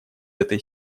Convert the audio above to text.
этой